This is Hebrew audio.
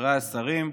חבריי השרים,